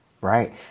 Right